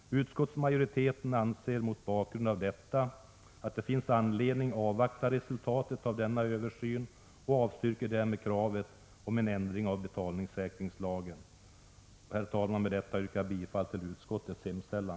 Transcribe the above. Utskottsmajoriteten anser mot bakgrund av detta, att det finns anledning avvakta resultatet av denna översyn och avstyrker därmed kravet om en ändring av betalningssäkringslagen. Herr talman! Med det anförda yrkar jag bifall till utskottets hemställan.